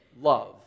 love